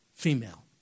Female